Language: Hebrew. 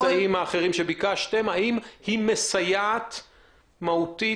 האם זה מסייע באופן מהותי?